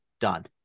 done